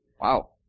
Wow